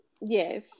Yes